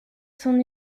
son